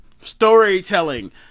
storytelling